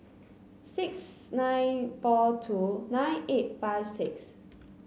six nine four two nine eight five six